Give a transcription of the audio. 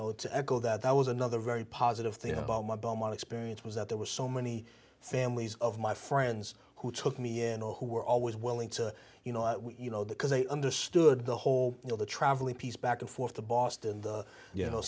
know to echo that was another very positive thing about my belmont experience was that there were so many families of my friends who took me in or who were always willing to you know you know that because they understood the whole you know the traveling back and forth to boston you know